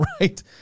right